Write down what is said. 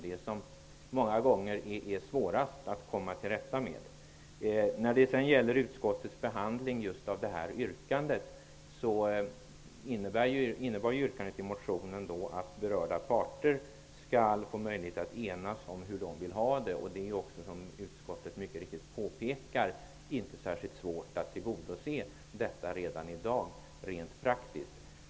Det är många gånger det svåraste att komma till rätta med. Vidare har vi frågan om utskottets behandling av yrkandet. Yrkandet i motionen innebär att berörda parter skall få möjlighet att enas om hur de vill ha det. Som utskottet mycket riktigt påpekar är det inte särskilt svårt att tillgodose dessa önskemål rent praktiskt redan i dag.